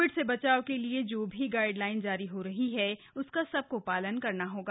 Covid से बचाव के लिए जो भी गाईडलाइन जारी हो रही है उसका सबको प्रा शालन करना होगा